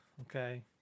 Okay